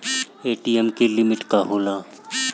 ATM की limit का होला?